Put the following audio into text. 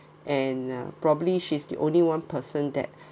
and uh probably she's the only one person that